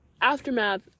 aftermath